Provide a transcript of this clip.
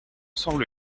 semble